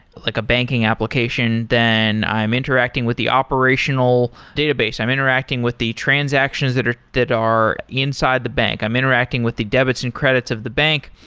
like a banking application, then i'm interacting with the operational database, i'm interacting with the transactions that are that are inside the bank, i'm interacting with the debits and credits of the bank,